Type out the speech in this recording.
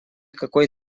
какой